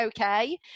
okay